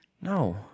no